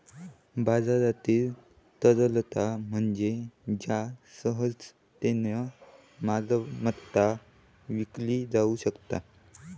बाजारातील तरलता म्हणजे ज्या सहजतेन मालमत्ता विकली जाउ शकता